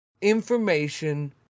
information